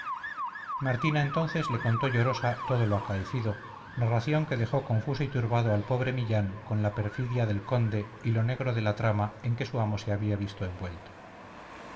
martina entonces le contó llorosa todo lo acaecido narración que dejó confuso y turbado al pobre millán con la perfidia del conde y lo negro de la trama en que su amo se había visto envuelto